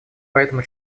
поэтому